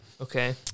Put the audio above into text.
okay